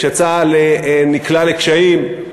כשצה"ל נקלע לקשיים,